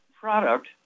product